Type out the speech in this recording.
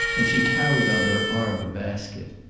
and she carried on her arm a bas ket.